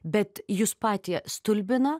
bet jus patį stulbina